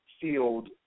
field